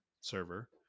server